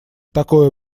такое